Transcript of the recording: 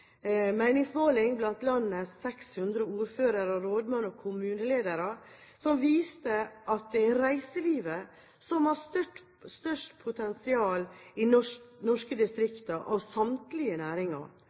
meningsmåling blant landets 600 ordførere, rådmenn og kommuneledere som viste at det er reiselivet som har størst potensial i norske